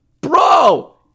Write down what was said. Bro